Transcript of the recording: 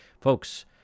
Folks